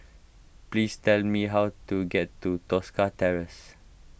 please tell me how to get to Tosca Terrace